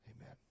Amen